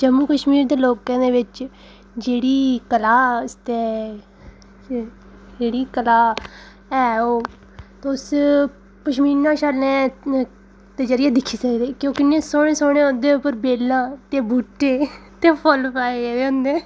जम्मू कश्मीर ते लोकें दे बिच्च जेह्ड़ी कला आस्तै ते जेह्ड़ी कला ऐ ओह् तुस पश्मीने शालें दे जरिये दिक्खी सकदे कि ओह् किन्ने सौह्ने सौह्ने उन्दे उप्पर बेलां ते बुह्टे ते फुल्ल पाए गेदे होंदे